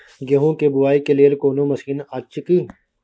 गेहूँ के बुआई के लेल कोनो मसीन अछि की?